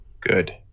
Good